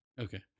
Okay